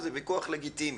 הוא ויכוח לגיטימי.